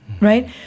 right